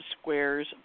squares